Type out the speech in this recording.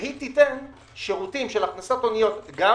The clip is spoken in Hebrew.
והיא תיתן שירותים של הכנסות אוניות גם